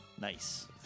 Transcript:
Nice